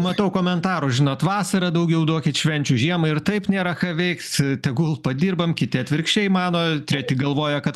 matau komentarų žinot vasarą daugiau duokit švenčių žiemą ir taip nėra ką veikt tegul padirbam kiti atvirkščiai mano treti galvoja kad